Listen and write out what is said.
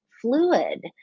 fluid